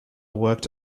worked